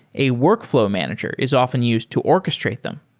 a workflow manager is often used to orchestrate them.